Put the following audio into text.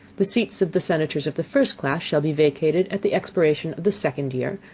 the seats of the senators of the first class shall be vacated at the expiration of the second year,